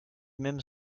même